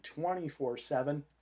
24-7